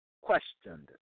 questioned